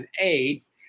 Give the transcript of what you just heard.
AIDS